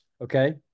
Okay